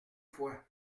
fois